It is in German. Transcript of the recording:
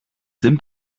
sim